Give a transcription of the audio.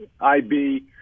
IB